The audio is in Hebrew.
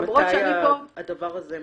ממתי זה יהיה?